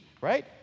right